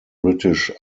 british